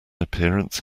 appearance